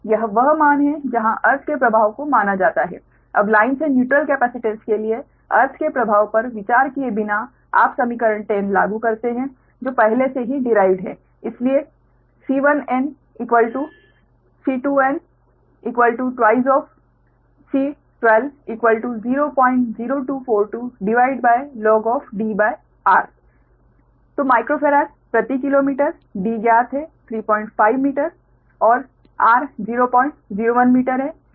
यह वह मान है जहां अर्थ के प्रभाव को माना जाता है अब लाइन से न्यूट्रल केपेसीटेन्स के लिए अर्थ के प्रभाव पर विचार किए बिना आप समीकरण 10 लागू करते हैं जो पहले से ही डिराइव्ड है इसलिए C1n C2n2C1200242log Dr तो माइक्रोफैराड प्रति किलोमीटर d ज्ञात है 35 मीटर और r 001 मीटर है